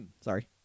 Sorry